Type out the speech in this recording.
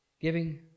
Giving